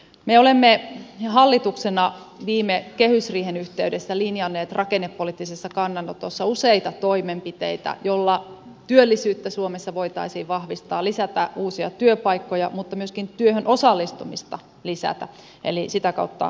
me olemme hallituksena viime kehysriihen yhteydessä linjanneet rakennepoliittisessa kannanotossa useita toimenpiteitä joilla työllisyyttä suomessa voitaisiin vahvistaa lisätä uusia työpaikkoja mutta myöskin työhön osallistumista lisätä eli sitä kautta nostaa työllisyysastetta